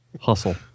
hustle